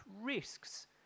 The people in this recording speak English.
risks